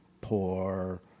poor